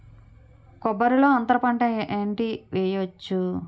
కొబ్బరి లో అంతరపంట ఏంటి వెయ్యొచ్చు?